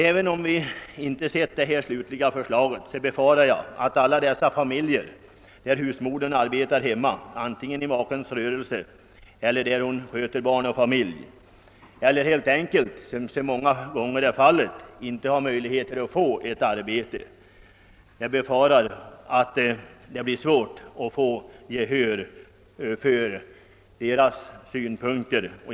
även om vi ännu inte sett det slutliga förslaget, befarar jag att det kommer att bli svårt att vinna gehör för detta för de familjer där husmodern arbetar hemma, va re sig hon hjälper maken i dennes rörelse eller sköter barn och familj, eller kanske helt enkelt inte har några möjligheter att få arbete utanför hemmet.